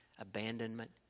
abandonment